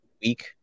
week